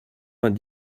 vingt